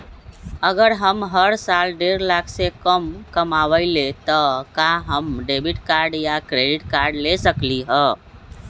अगर हम हर साल डेढ़ लाख से कम कमावईले त का हम डेबिट कार्ड या क्रेडिट कार्ड ले सकली ह?